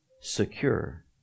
secure